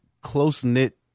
close-knit